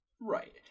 Right